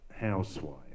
housewife